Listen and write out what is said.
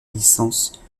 licence